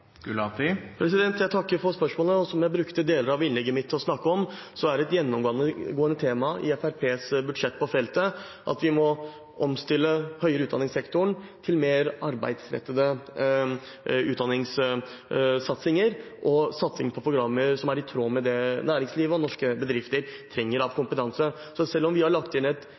Jeg takker for spørsmålet. Som jeg brukte deler av innlegget mitt til å snakke om, er det et gjennomgående tema i Fremskrittspartiets budsjett på feltet at vi må omstille høyere utdanningssektoren til mer arbeidsrettede utdanningssatsinger og satsing på programmer som er i tråd med det næringslivet og norske bedrifter trenger av kompetanse. Selv om vi har lagt inn et